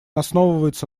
основывается